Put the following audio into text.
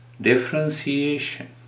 differentiation